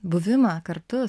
buvimą kartu